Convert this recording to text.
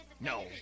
No